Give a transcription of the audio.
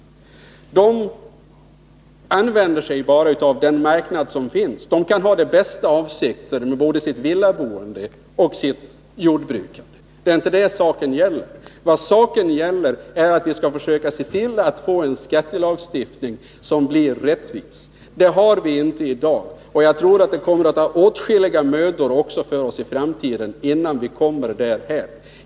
De använder bara den marknad som finns. De kan ha de bästa avsikter, både med sitt villaboende och sitt jordbrukande — det är inte det saken gäller. Vad saken gäller är att vi skall försöka få till stånd en skattelagstiftning som är rättvis. Det har vi inte dag, och jag tror att det kommer att kosta oss åtskilliga mödor också i framtiden innan vi kommer därhän.